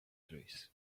trees